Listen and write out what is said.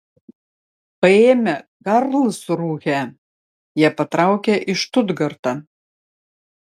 paėmę karlsrūhę jie patraukė į štutgartą